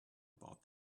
about